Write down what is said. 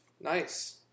Nice